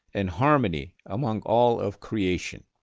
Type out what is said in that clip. and harmony among all of creation.